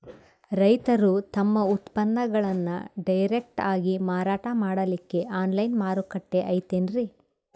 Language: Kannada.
ರೈತರು ತಮ್ಮ ಉತ್ಪನ್ನಗಳನ್ನು ಡೈರೆಕ್ಟ್ ಆಗಿ ಮಾರಾಟ ಮಾಡಲಿಕ್ಕ ಆನ್ಲೈನ್ ಮಾರುಕಟ್ಟೆ ಐತೇನ್ರೀ?